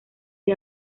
del